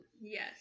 Yes